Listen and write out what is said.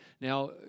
Now